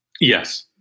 Yes